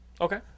Okay